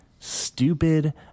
Stupid